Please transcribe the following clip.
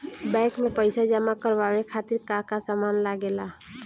Bank में पईसा जमा करवाये खातिर का का सामान लगेला?